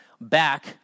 back